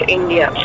India